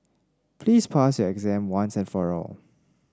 please pass your exam once and for all